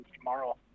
tomorrow